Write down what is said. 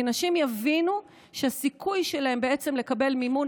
כי נשים יבינו שהסיכוי שלהן לקבל מימון